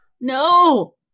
No